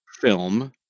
film